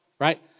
Right